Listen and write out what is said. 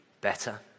better